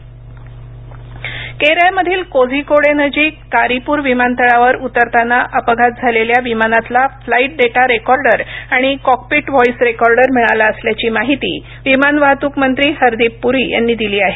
विमान अपघात केरळमधील कोझीकोडे नजीक कारिपूर विमानतळावर उतरताना अपघात झालेल्या विमानातला फ्लाईट डेटा रेकॉर्डर आणि कॉकपिट व्हॉईस रेकॉर्डर मिळाला असल्याची माहिती विमान वाहतुक मंत्री हरदीप पुरी यांनी दिली आहे